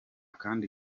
kandi